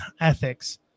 Ethics